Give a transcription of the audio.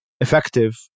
effective